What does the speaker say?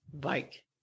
bike